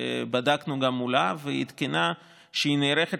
שבדקנו גם מולה והיא עדכנה שהיא נערכת